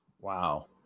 Wow